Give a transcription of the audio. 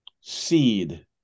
seed